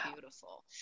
beautiful